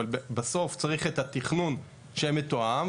אבל בסוף צריך את התכנון שמתואם,